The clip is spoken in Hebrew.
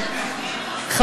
תודה,